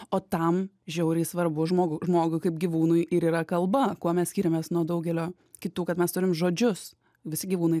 o tam žiauriai svarbu žmogu žmogui kaip gyvūnui ir yra kalba kuo mes skiriamės nuo daugelio kitų kad mes turim žodžius visi gyvūnai